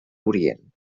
orient